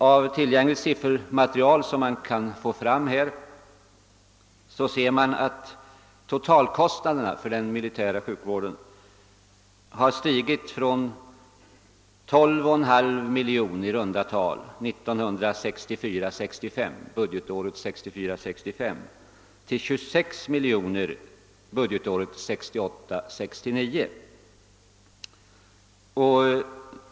Av tillgängligt siffermaterial ser man att totalkostnaderna för den militära sjukvården har stigit från i runt tal 12,5 miljoner kronor budgetåret 1964 69.